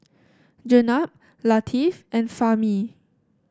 Jenab Latif and Fahmi